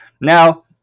Now